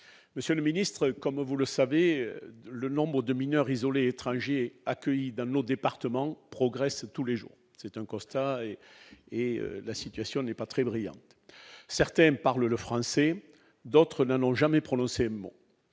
monsieur le ministre, mes chers collègues, le nombre de mineurs isolés étrangers accueillis dans nos départements progresse tous les jours. C'est un constat et la situation n'est guère brillante. Certains de ces mineurs parlent le français, d'autres n'en ont jamais prononcé un mot.